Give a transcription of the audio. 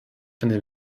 eine